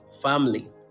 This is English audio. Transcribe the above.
family